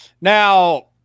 Now